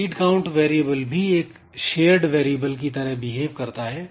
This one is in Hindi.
रीड काउंट वेरिएबल भी एक शेयर्ड वेरिएबल की तरह बिहेव करता है